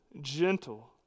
gentle